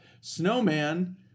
Snowman